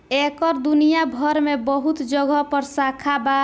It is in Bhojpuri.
एकर दुनिया भर मे बहुत जगह पर शाखा बा